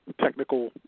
technical